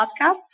podcast